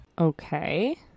Okay